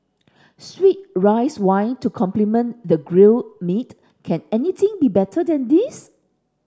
sweet rice wine to complement the grilled meat can anything be better than this